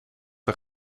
een